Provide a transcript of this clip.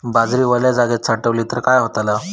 बाजरी वल्या जागेत साठवली तर काय होताला?